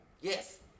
Yes